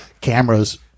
cameras